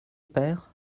père